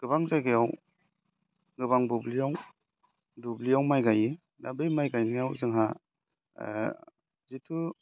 गोबां जायगायाव गोबां बुब्लियाव दुब्लियाव माइ गायो दा बै माइ गायनायाव जोंहा जिथु